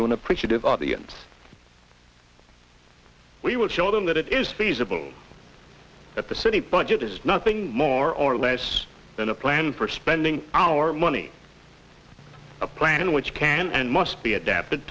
an appreciative audience we will show them that it is feasible that the city budget is nothing more or less than a plan for spending our money a plan which can and must be adapted